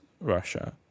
Russia